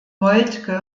moltke